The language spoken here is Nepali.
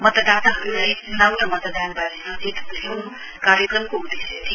मतदाताहरुलाई च्नाउ र मतदानवारे सचेत त्ल्याउन् कार्यक्रमको उदेश्य थियो